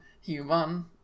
human